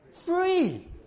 Free